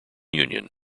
union